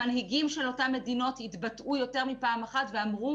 המנהיגים של אותן מדינות התבטאו יותר מפעם אחת ואמרו,